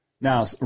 Now